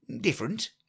different